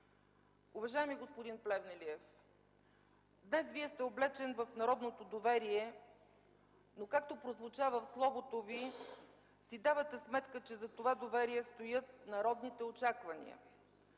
Уважаеми господин Плевнелиев, днес Вие сте облечен в народното доверие, но, както прозвуча в словото Ви, си давате сметка, че зад това доверие стоят народните очаквания